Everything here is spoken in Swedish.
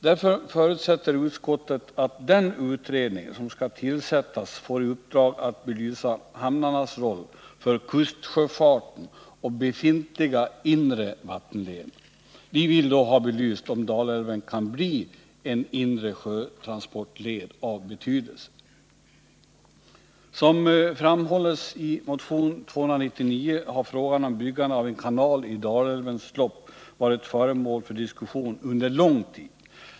Därför förutsätter utskottet att den utredning som skall tillsättas får i uppdrag att belysa hamnarnas roll för kustsjöfarten och befintliga inre vattenleder. Vi vill då ha belyst om Dalälven kan bli en inre sjötransportled av betydelse. Som framhålls i motion 299 har frågan om byggande av en kanal i Dalälvens lopp varit föremål för diskussion under lång tid.